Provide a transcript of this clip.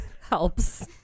Helps